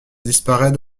disparaît